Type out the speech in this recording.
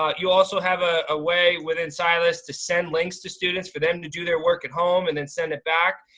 ah you also have a way within silas to send links to students for them to do their work at home and then send it back.